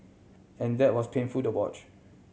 and that was painful to watch